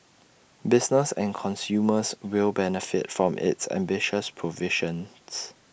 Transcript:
business and consumers will benefit from its ambitious provisions